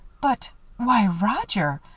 but why, roger!